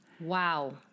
Wow